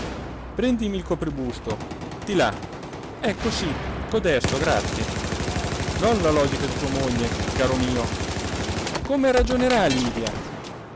però prendimi il copribusto di là ecco sì codesto grazie non la logica di tua moglie caro mio come ragionerà livia